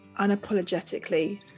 unapologetically